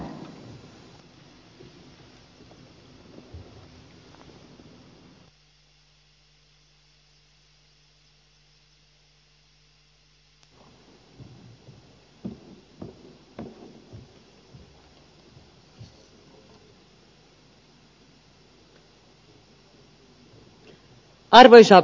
arvoisa puhemies